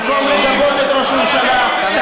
חבר הכנסת חיים ילין.